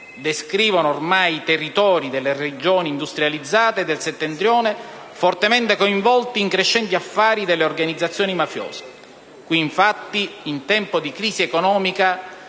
descrivono ormai i territori delle Regioni industrializzate del Settentrione fortemente coinvolte in crescenti affari delle organizzazioni mafiose. Qui, infatti, in tempo di crisi economica,